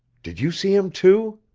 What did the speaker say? did you see him, too?